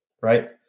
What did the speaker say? Right